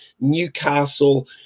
Newcastle